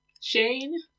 Shane